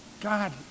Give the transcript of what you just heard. God